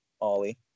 Ollie